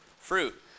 fruit